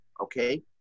Okay